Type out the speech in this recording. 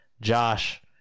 Josh